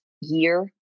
year